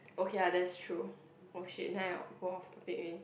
okay uh that's true oh !shit! then I go off topic already